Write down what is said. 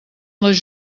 les